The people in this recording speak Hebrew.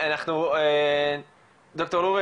ד"ר לוריא,